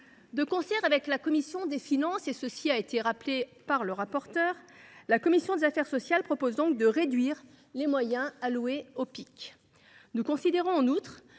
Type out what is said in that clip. De concert avec la commission des finances – son rapporteur spécial l’a rappelé –, la commission des affaires sociales propose donc de réduire les moyens alloués au PIC. Nous considérons en outre